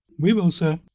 we will, sir.